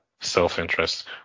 self-interest